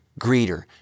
greeter